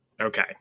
Okay